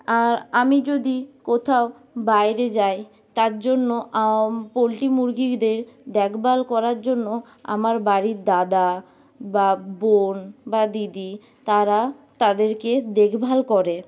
আর আমি যদি কোথাও বাইরে যাই তার জন্য পোলট্রি মুরগীদের দেখভাল করার জন্য আমার বাড়ির দাদা বা বোন বা দিদি তারা তাদেরকে দেখভাল করে